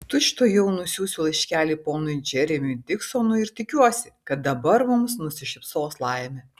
tučtuojau nusiųsiu laiškelį ponui džeremiui diksonui ir tikiuosi kad dabar mums nusišypsos laimė